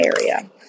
area